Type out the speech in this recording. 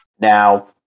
Now